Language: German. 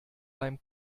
beim